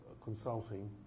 consulting